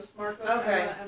okay